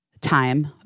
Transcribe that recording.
time